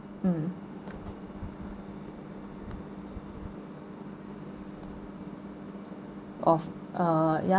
hmm oh uh